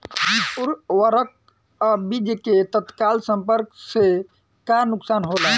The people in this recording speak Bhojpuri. उर्वरक अ बीज के तत्काल संपर्क से का नुकसान होला?